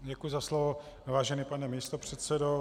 Děkuji za slovo, vážený pane místopředsedo.